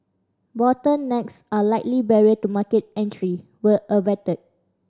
bottlenecks a likely barrier to market entry were averted